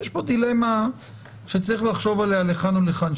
יש פה דילמה שצריך לחשוב עליה לכאן ולכאן.